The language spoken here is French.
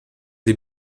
des